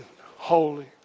Holy